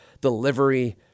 delivery